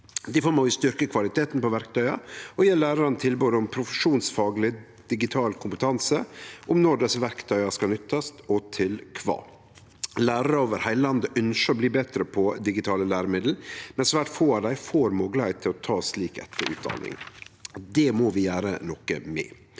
må vi styrkje kvaliteten på verktøya og gje lærarane tilbod om profesjonsfagleg digital kompetanse om når desse verktøya skal nyttast, og til kva. Lærarar over heile landet ynskjer å bli betre på digitale læremiddel, men svært få av dei får moglegheit til å ta slik etterutdanning – og det må vi gjere noko med.